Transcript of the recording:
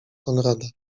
konrada